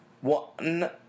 one